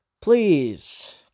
please